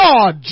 God